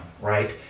right